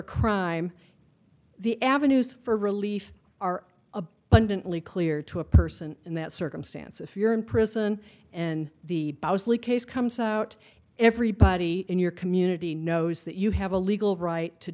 a crime the avenues for relief are abundantly clear to a person in that circumstance if you're in prison and the case comes out everybody in your community knows that you have a legal right to